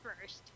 first